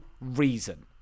reason